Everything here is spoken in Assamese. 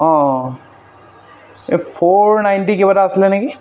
অঁ এই ফ'ৰ নাইণ্টি কিবা এটা আছিলে নেকি